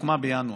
הוקמה בינואר.